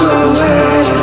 away